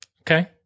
Okay